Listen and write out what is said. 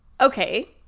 okay